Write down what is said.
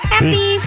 Happy